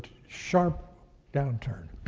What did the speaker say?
sharp downturn.